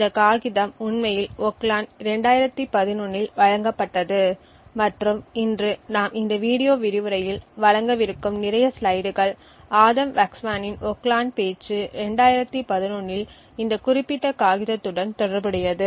இந்த காகிதம் உண்மையில் ஓக்லாண்ட் 2011 இல் வழங்கப்பட்டது மற்றும் இன்று நாம் இந்த வீடியோ விரிவுரையில் வழங்கவிருக்கும் நிறைய ஸ்லைடுகள் ஆடம் வக்ஸ்மேனின் ஓக்லாண்ட் பேச்சு 2011 இல் இந்த குறிப்பிட்ட காகிதத்துடன் தொடர்புடையது